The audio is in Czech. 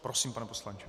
Prosím, pane poslanče.